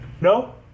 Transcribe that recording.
No